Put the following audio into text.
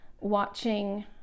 watching